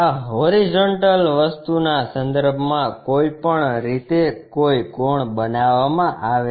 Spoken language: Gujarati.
આ હોરીઝોન્ટલ વસ્તુના સંદર્ભમાં કોઈપણ રીતે કોઈ કોણ બનાવવામાં આવે છે